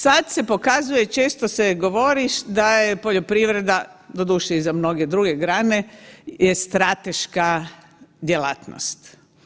Sada se pokazuje, često se govori da je poljoprivreda, doduše i za mnoge druge grane je strateška djelatnost.